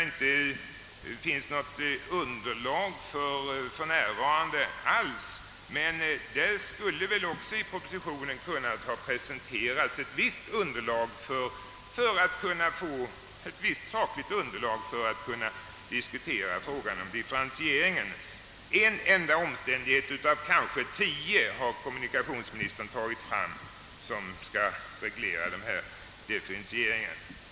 I propositionen skulle väl ha kunnat presenterats ett visst underlag för en saklig diskussion om differentieringen. En enda omständighet av kanske tio har kommunikations-' ministern utsett att reglera differentieringen.